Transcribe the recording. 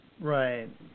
Right